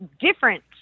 different